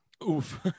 Oof